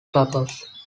clubhouse